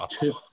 two